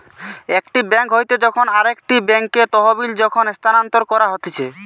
একটি বেঙ্ক হইতে যখন আরেকটি বেঙ্কে তহবিল যখন স্থানান্তর করা হতিছে